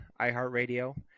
iHeartRadio